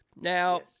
Now